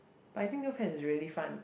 but I think Neopets is really fun